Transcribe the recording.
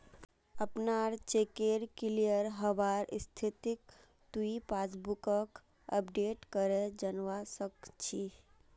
अपनार चेकेर क्लियर हबार स्थितिक तुइ पासबुकक अपडेट करे जानवा सक छी